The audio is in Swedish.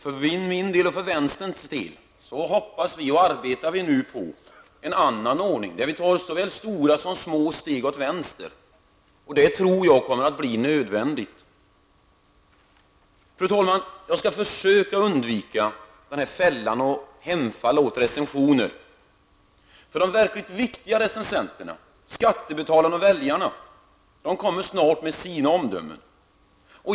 För min och för vänsterns del hoppas vi och arbetar för en annan ordning, där vi tar såväl stora som små steg åt vänster. Det tror jag kommer att bli nödvändigt. Fru talman! Jag skall försöka undvika fällan att hemfalla åt recensioner. De verkligt viktiga recensenterna, skattebetalarna och väljarna, kommer snart med sina omdömen.